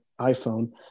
iPhone